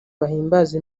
bahimbaza